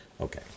Okay